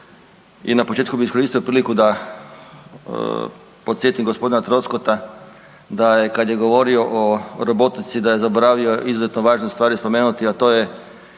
I na početku bih iskoristio priliku da podsjetim g. Troskota da je kad je govorio o robotici, da je zaboravio izuzetno važne stvari spomenuti, a to je